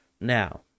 Now